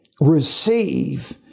receive